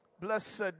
Blessed